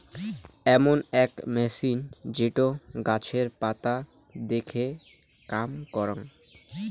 এমন আক মেছিন যেটো গাছের পাতা দেখে কাম করং